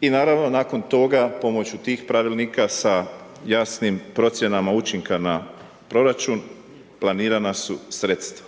i naravno, nakon toga pomoću tih pravilnika sa jasnim procjenama učinka na proračun, planirana su sredstva.